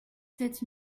sept